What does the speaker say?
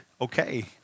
Okay